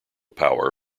power